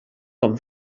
com